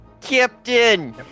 Captain